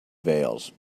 veils